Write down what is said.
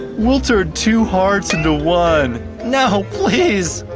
we'll turn two hearts into one! no, please!